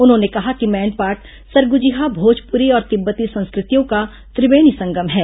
उन्होंने कहा कि मैनपाट सरगुजिहा भोजपुरी और तिब्बती संस्कृतियों का त्रिवेणी संगम है